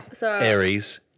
Aries